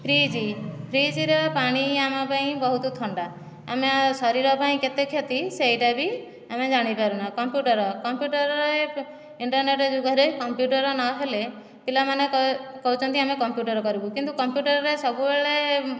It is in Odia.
ଫ୍ରିଜ୍ ଫ୍ରିଜ୍ ର ପାଣି ଆମ ପାଇଁ ବହୁତ ଥଣ୍ଡା ଆମ ଶରୀର ପାଇଁ କେତେ କ୍ଷତି ସେହିଟା ବି ଆମେ ଜାଣି ପାରୁନାହୁଁ କମ୍ପ୍ୟୁଟର କମ୍ପ୍ୟୁଟରରେ ଇଣ୍ଟର୍ନେଟ ଯୁଗରେ କମ୍ପ୍ୟୁଟର ନହେଲେ ପିଲାମାନେ କହୁଛନ୍ତି ଆମେ କମ୍ପ୍ୟୁଟର କରିବୁ କିନ୍ତୁ କମ୍ପ୍ୟୁଟରରେ ସବୁବେଳେ